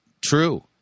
true